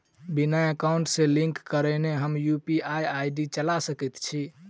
बिना एकाउंट सँ लिंक करौने हम यु.पी.आई चला सकैत छी?